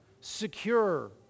secure